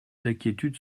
d’inquiétude